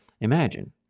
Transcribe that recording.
imagine